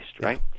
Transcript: right